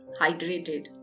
hydrated